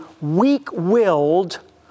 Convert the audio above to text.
weak-willed